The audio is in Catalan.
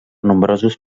nombrosos